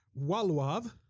Waluav